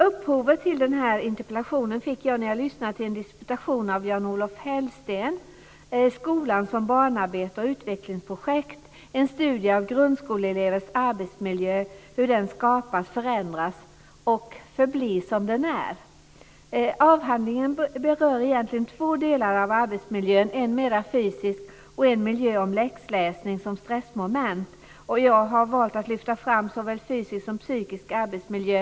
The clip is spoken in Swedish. Uppslaget till denna interpellation fick jag när jag lyssnade till en disputation av Jan-Olof Hellsten kring avhandlingen Skolan som barnarbete och utvecklingsprojekt. En studie av hur grundskoleelevers arbetsmiljö skapas - förändras - förblir som den är. Avhandlingen berör egentligen två delar av arbetsmiljön, en mera fysisk och en som gäller läxläsning som stressmoment. Jag har valt att lyfta fram såväl fysisk som psykisk arbetsmiljö.